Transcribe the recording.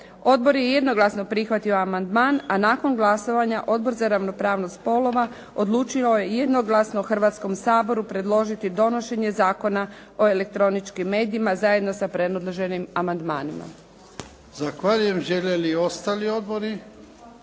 Odbor je jednoglasno prihvatio amandman, a nakon glasovanja Odbor za ravnopravnost spolova odlučio je jednoglasno Hrvatskom saboru predložiti donošenje Zakona o elektroničkim medijima zajedno sa predloženim amandmanima. **Jarnjak, Ivan (HDZ)**